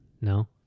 No